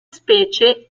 specie